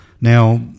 Now